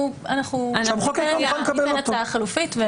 אנחנו נביא הצעה חלופית.